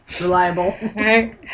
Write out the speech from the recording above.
Reliable